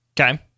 Okay